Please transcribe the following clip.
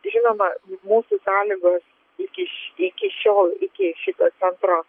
žinoma mūsų sąlygos iki š iki šiol iki šito centro